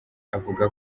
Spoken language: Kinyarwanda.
avuga